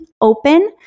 open